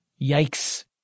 Yikes